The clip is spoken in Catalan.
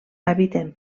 habiten